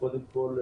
קודם כול,